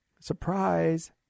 Surprise